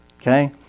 Okay